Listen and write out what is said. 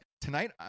Tonight